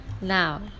now